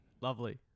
Lovely